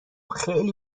خیلی